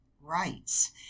rights